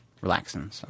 relaxing